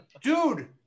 dude